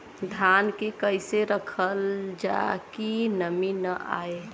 धान के कइसे रखल जाकि नमी न आए?